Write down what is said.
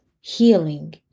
healing